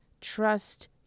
trust